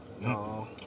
No